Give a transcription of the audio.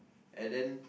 and then